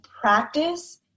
practice